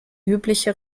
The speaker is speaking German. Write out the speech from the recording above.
übliche